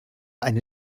eine